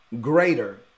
greater